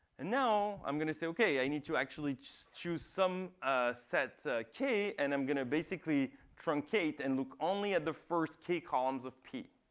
and now, i'm going to say, ok, i need to actually choose some set k. and i'm going to basically truncate and look only at the first k columns of p.